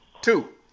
two